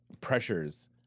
pressures